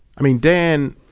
i mean dan,